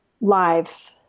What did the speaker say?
live